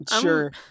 Sure